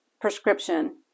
prescription